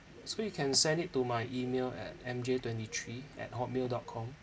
so you can send it to my email at M J twenty three at hotmail dot com